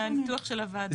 זה חלק מהניתוח של הוועדה.